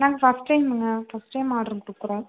ma'am first டைமுங்க ma'am first time ஆட்ரு கொடுக்குறோம்